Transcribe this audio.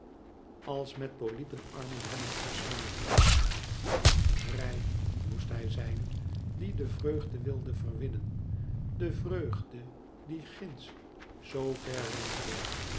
als met polypenarmen hadden omslingerd vrij moest hij zijn die de vreugde wilde verwinnen de vreugde die ginds zoo ver wenkte